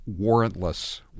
warrantless